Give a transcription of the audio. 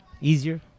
Easier